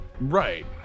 Right